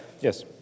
Yes